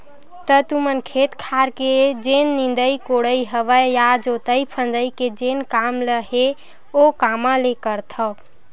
त तुमन खेत खार के जेन निंदई कोड़ई हवय या जोतई फंदई के जेन काम ल हे ओ कामा ले करथव?